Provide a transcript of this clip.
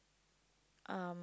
um